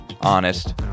honest